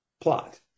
plot